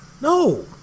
no